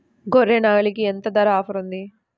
గొర్రె, నాగలికి ఎంత ధర ఆఫర్ ఉంది?